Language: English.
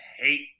hate